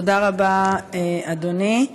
תודה רבה, אדוני.